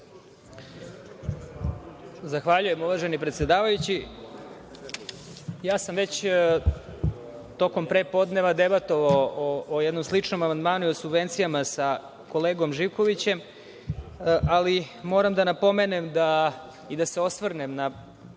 Zahvaljujem uvaženi predsedavajući. Ja sam već tokom pre podneva debatovao o jednom sličnom amandmanu i o subvencijama sa kolegom Živkovićem, ali moram da napomenem i da se osvrnem na